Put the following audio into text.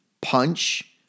punch